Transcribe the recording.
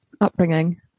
upbringing